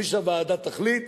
מי שהוועדה תחליט,